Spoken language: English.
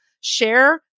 share